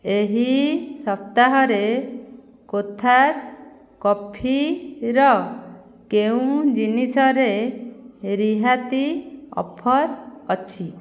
ଏହି ସପ୍ତାହରେ କୋଥାସ୍ କଫିର କେଉଁ ଜିନିଷରେ ରିହାତି ଅଫର୍ ଅଛି